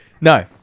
No